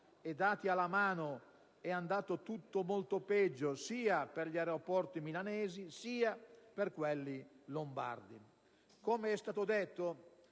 dati alla mano, è andato tutto molto peggio, sia per gli aeroporti milanesi sia per quelli lombardi. La SEA, la società